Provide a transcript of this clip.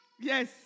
Yes